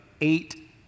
eight